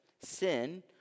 sin